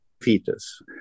fetus